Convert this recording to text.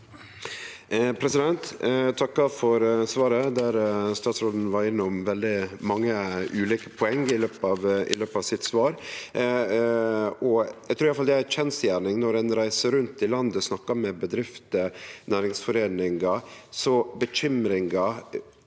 Eg takkar for svar- et, der statsråden var innom veldig mange ulike poeng i løpet av sitt svar. Eg trur iallfall det er ei kjensgjerning at når ein reiser rundt i landet og snakkar med bedrifter og næringsforeiningar, er bekymringa